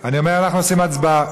אני אומר, אנחנו עושים הצבעה.